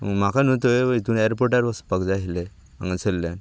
म्हाका न्हू थंय ए्रअरपोर्टार वचपाक जाय आशिल्लें हांगासरल्यान आ